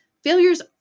Failures